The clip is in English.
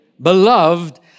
beloved